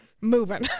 moving